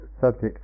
subject